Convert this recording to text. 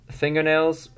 fingernails